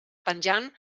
penjant